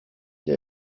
die